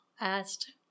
asked